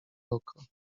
oko